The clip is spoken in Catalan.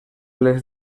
les